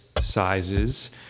sizes